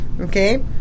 okay